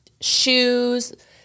shoes